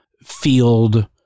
field